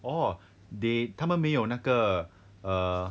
orh they 他们没有那个 err